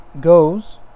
goes